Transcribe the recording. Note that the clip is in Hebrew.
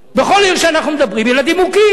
בכל עיר שאנחנו מדברים, ילדים מוכים.